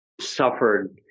suffered